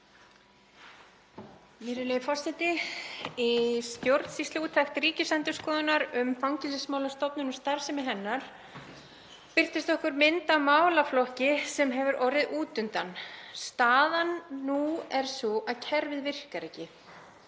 Virðulegi forseti. Í stjórnsýsluúttekt Ríkisendurskoðunar um Fangelsismálastofnun og starfsemi hennar birtist okkur mynd af málaflokki sem hefur orðið út undan. Staðan nú er sú að kerfið virkar ekki.